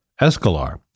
Escalar